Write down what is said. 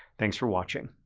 thanks for watching.